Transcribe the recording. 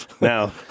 Now